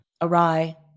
awry